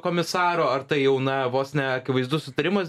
komisaro ar tai jau na vos ne akivaizdus sutarimas